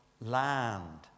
land